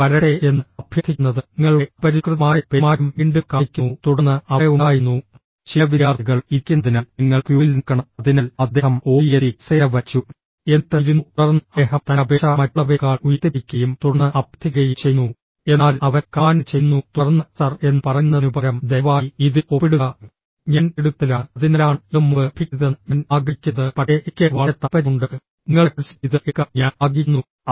ഞാൻ വരട്ടെ എന്ന് അഭ്യർത്ഥിക്കുന്നത് നിങ്ങളുടെ അപരിഷ്കൃതമായ പെരുമാറ്റം വീണ്ടും കാണിക്കുന്നു തുടർന്ന് അവിടെ ഉണ്ടായിരുന്നു ചില വിദ്യാർത്ഥികൾ ഇരിക്കുന്നതിനാൽ നിങ്ങൾ ക്യൂവിൽ നിൽക്കണം അതിനാൽ അദ്ദേഹം ഓടിയെത്തി കസേര വലിച്ചു എന്നിട്ട് ഇരുന്നു തുടർന്ന് അദ്ദേഹം തൻറെ അപേക്ഷ മറ്റുള്ളവയെക്കാൾ ഉയർത്തിപ്പിടിക്കുകയും തുടർന്ന് അഭ്യർത്ഥിക്കുകയും ചെയ്യുന്നു എന്നാൽ അവൻ കമാൻഡ് ചെയ്യുന്നു തുടർന്ന് സർ എന്ന് പറയുന്നതിനുപകരം ദയവായി ഇതിൽ ഒപ്പിടുക ഞാൻ തിടുക്കത്തിലാണ് അതിനാലാണ് ഇത് മുമ്പ് ലഭിക്കരുതെന്ന് ഞാൻ ആഗ്രഹിക്കുന്നത് പക്ഷേ എനിക്ക് വളരെ താൽപ്പര്യമുണ്ട് നിങ്ങളുടെ കോഴ്സിൽ ഇത് എടുക്കാൻ ഞാൻ ആഗ്രഹിക്കുന്നു